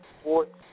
sports